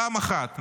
פעם אחת.